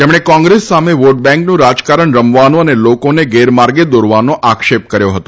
તેમણે કોંગ્રેસ સામે વોટબેન્કનું રાજકારણ રમવાનો અને લોકોને ગેરમાર્ગે દોરવાનો આક્ષેપ કર્યો હતો